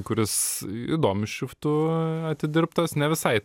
kuris įdomiu šriftu atidirbtas ne visai